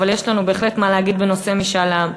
אבל יש לנו בהחלט מה להגיד בנושא משאל העם.